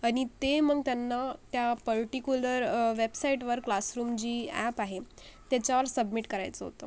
आणि ते मग त्यांना त्या पर्टिक्युलर वेबसाईटवर क्लासरूम जी अॅप आहे त्याच्यावर सबमिट करायचं होतं